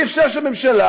אי-אפשר שהממשלה,